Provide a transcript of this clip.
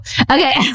okay